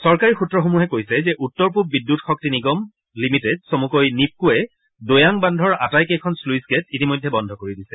চৰকাৰী সূত্ৰসমূহে কৈছে যে উত্তৰ পূব বিদ্যুৎ শক্তি নিগম লিমিটেড চমুকৈ নীপকোয়ে দৈয়াং বান্ধৰ আটাইকেইখন শ্বুইছ গেট ইতিমধ্যে বন্ধ কৰি দিছে